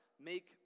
Make